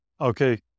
Okay